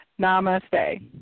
Namaste